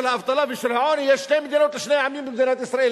האבטלה ושל העוני יש שתי מדינות לשני עמים במדינת ישראל,